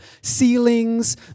ceilings